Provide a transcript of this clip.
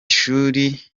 shuri